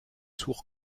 sourd